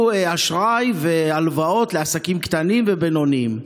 אשראי והלוואות לעסקים קטנים ובינוניים.